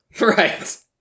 Right